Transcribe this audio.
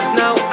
now